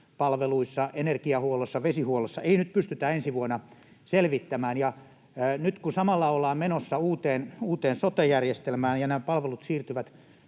sote-palveluissa, energiahuollossa ja vesihuollossa ei nyt pystytä ensi vuonna selvittämään. Nyt kun samalla ollaan menossa uuteen sote-järjestelmään ja nämä palvelut siirtyvät